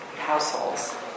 households